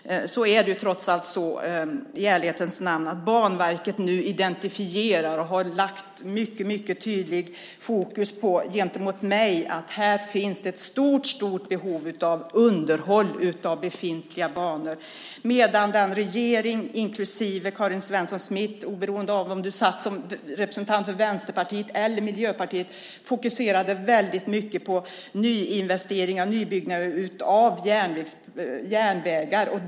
Det är trots allt i ärlighetens namn så att Banverket nu identifierar behoven och mycket tydligt har klargjort för mig att det finns ett stort behov av underhåll av befintliga banor. Den tidigare regeringen och Karin Svensson Smith - oberoende av om du satt som representant för Vänsterpartiet eller Miljöpartiet - fokuserade i väldigt stor utsträckning på nyinvesteringar och nybyggnad av järnvägar.